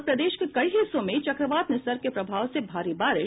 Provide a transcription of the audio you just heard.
और प्रदेश के कई हिस्सों में चक्रवात निसर्ग के प्रभाव से भारी बारिश